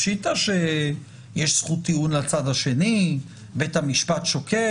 פשיטא שיש זכות טיעון לצד השני, בית המשפט שוקל.